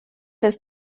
des